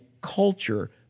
culture